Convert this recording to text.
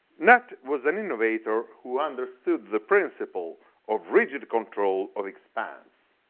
nat was an innovator who understood the principle of rigid control of expense.